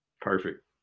perfect